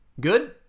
Good